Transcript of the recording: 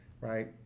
right